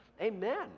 Amen